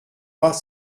pas